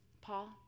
Paul